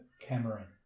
Cameron